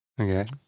Okay